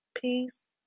peace